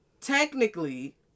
technically